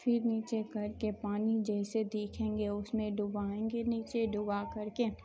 پھر نیچے کر کے پانی جیسے دیکھیں گے اس میں ڈبوئیں گے نیچے ڈبو کر کے